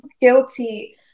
guilty